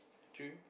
dream